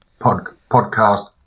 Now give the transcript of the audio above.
Podcast